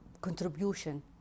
contribution